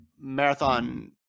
marathon